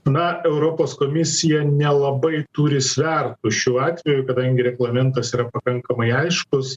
na europos komisija nelabai turi svertų šiuo atveju kadangi reglamentas yra pakankamai aiškus